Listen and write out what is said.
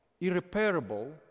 irreparable